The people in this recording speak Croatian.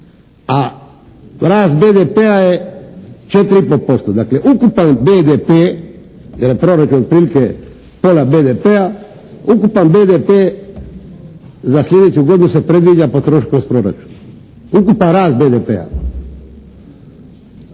A rast BDP-a je 4 i po posto. Dakle, ukupan BDP jer je proračun otprilike pola BDP-a, ukupan BDP za sljedeću godinu se predviđa potrošiti kroz proračun. Ukupan rast BDP-a.